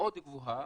מאוד גבוהה